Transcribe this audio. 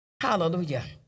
Hallelujah